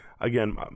again